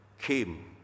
came